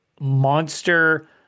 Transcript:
monster